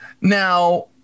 Now